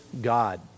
God